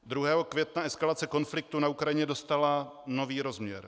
Druhého května eskalace konfliktu na Ukrajině dostala nový rozměr.